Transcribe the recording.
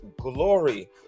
glory